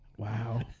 Wow